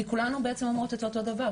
כי כולנו בעצם אומרות את אותו דבר,